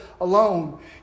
alone